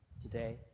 today